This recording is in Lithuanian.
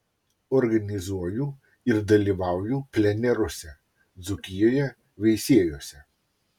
organizuoju ir dalyvauju pleneruose dzūkijoje veisiejuose